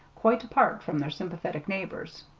quite apart from their sympathetic neighbors,